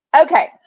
Okay